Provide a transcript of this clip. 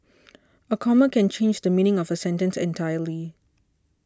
a comma can change the meaning of a sentence entirely